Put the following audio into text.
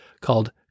called